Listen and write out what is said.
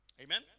Amen